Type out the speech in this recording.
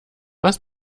was